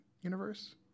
universe